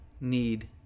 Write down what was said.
need